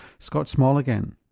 scott small again.